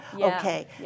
okay